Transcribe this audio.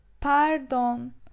pardon